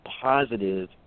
positive